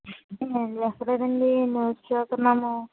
ఏం చేస్తున్నారండి న్యూస్ చూస్తున్నాము